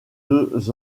deux